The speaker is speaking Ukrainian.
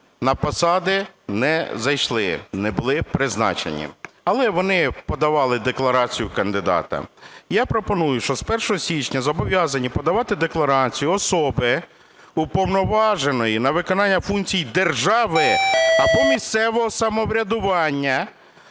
на посади не зайшли, не були призначені, але вони подавали декларацію кандидата. Я пропоную, що з 1 січня зобов'язані подавати декларацію особи, уповноваженої на виконання функції держави або місцевого самоврядування